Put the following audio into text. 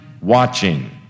watching